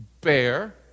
bear